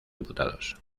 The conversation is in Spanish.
diputados